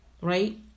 right